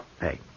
Hey